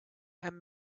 and